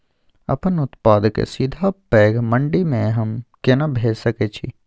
अपन उत्पाद के सीधा पैघ मंडी में हम केना भेज सकै छी?